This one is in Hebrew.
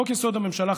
חוק-יסוד: הממשלה,